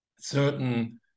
certain